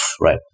right